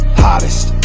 hottest